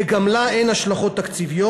וגם לה אין השלכות תקציביות,